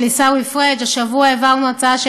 של